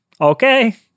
Okay